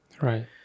right